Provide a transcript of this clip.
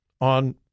on